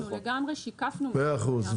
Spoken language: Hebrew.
נכון.